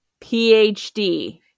PhD